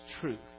truth